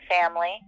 family